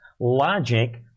logic